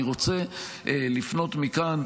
אני רוצה לפנות מכאן